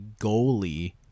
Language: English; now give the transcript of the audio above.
goalie